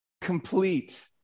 complete